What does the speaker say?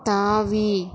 தாவி